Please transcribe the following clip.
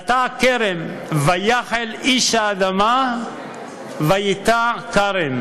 נטע כרם: "ויחל איש האדמה ויטע כרם